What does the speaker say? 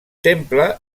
temple